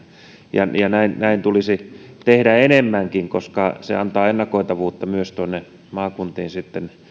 ja ja näin näin tulisi tehdä enemmänkin koska se antaa ennakoitavuutta myös tuonne maakuntiin sitten